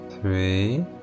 three